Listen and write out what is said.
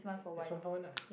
is from her one lah